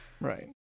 Right